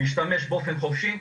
הוא משתמש באופן חופשי,